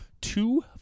two